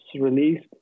released